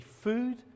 food